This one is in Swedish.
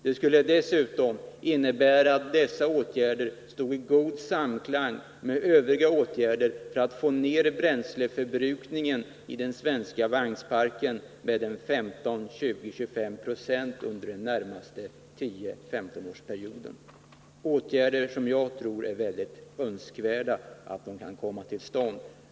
Dessa åtgärder skulle dessutom stå i god samklang med övriga åtgärder för att få ned bränsleförbrukningen i den svenska vagnsparken med 15, 20 eller 25 90 under de närmaste 10 å 15 åren. Jag tror att det är mycket önskvärt att dessa åtgärder kan komma till stånd.